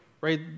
right